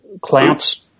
clamps